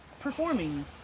performing